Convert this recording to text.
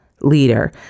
leader